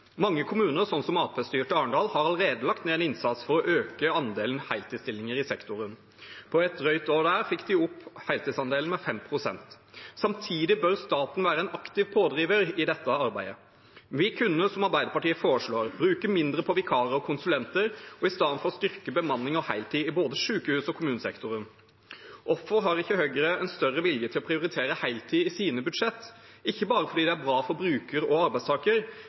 Mange kommuner, som Arbeiderparti-styrte Arendal, har allerede lagt ned en innsats for å øke andelen heltidsstillinger i sektoren. På et drøyt år der fikk de opp heltidsandelen med 5 pst. Samtidig bør staten være en aktiv pådriver i dette arbeidet. Vi kunne, som Arbeiderpartiet foreslår, bruke mindre på vikarer og konsulenter og i stedet styrke bemanning og heltid i både sykehus- og kommunesektoren. Hvorfor har ikke Høyre en større vilje til å prioritere heltid i sine budsjett – ikke bare fordi det er bra for bruker og arbeidstaker,